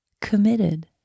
committed